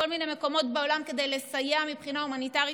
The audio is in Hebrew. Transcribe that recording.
מיני מקומות בעולם כדי לסייע מבחינה הומניטרית,